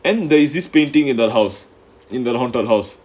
and there's this painting in that house in the the haunted house